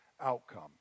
outcome